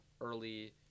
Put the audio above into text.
early